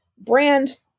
brand